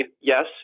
yes